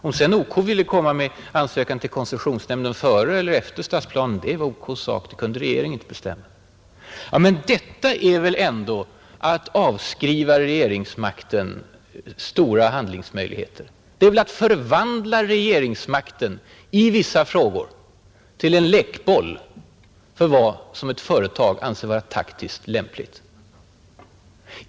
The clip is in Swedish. Om OK ville komma med en ansökan till koncessionsnämnden före eller efter det att stadsplanen hade fastställts var OK:s sak. Det kunde regeringen inte bestämma. Men detta är väl ändå att avskriva regeringsmakten stora handlingsmöjligheter. Det är väl att förvandla regeringsmakten i vissa frågor till en lekboll för vad som ett företag anser vara taktiskt lämpligt.